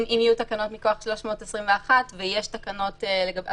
אם יהיו תקנות מכוח 321 ויש תקנות לגבי ---,